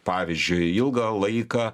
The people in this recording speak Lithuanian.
pavyzdžiui ilgą laiką